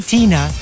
Tina